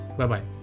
Bye-bye